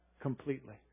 completely